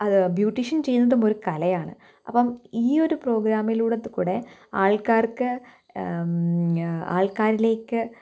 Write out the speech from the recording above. അത് ബ്യൂട്ടിഷൻ ചെയ്യുന്നതും ഒരു കലയാണ് അപ്പോള് ഈയൊരു പ്രോഗ്രാമിലൂടെ കൂടെ ആൾക്കാർക്ക് ആൾക്കാരിലേക്ക്